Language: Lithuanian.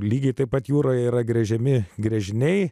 lygiai taip pat jūroje yra gręžiami gręžiniai